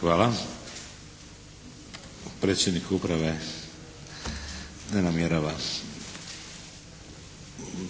Hvala. Predsjednik uprave ne namjerava